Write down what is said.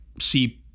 see